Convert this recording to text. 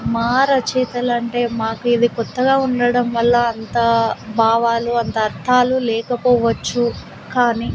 మా రచయితలు అంటే మాకు ఇది కొత్తగా ఉండడం వల్ల అంత భావాలు అంత అర్థాలు లేకపోవచ్చు కానీ